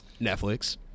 Netflix